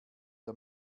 der